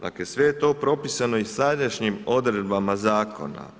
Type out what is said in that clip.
Dakle sve je to propisano i sadašnjim odredbama zakona.